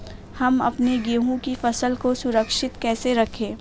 हम अपने गेहूँ की फसल को सुरक्षित कैसे रखें?